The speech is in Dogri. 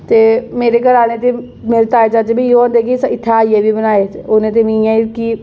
ते मेरे घरें आह्लें ते मेरे तायें चाचें बी ओह् इत्थै आइयै बी बनाये उ'नें ते मिगी इ'यां कि